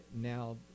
Now